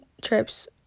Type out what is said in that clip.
trips